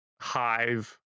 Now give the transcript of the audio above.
hive